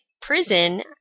prison